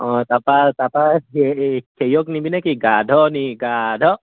অঁ তাৰপৰা তাৰপৰা হেৰিক নিবিনে কি